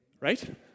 Right